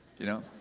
you know.